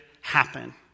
happen